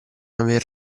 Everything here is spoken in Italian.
aver